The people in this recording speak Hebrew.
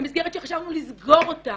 ומסגרת שחשבנו לסגור אותה,